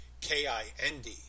K-I-N-D